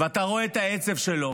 ואתה רואה את העצב שלו